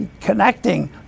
connecting